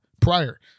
prior